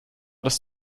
das